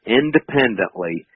independently